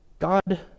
God